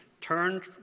turned